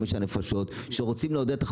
חמישה נפשות שרוצים לעודד.